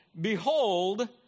behold